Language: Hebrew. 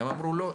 והם אמרו: לא,